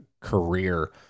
career